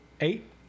eight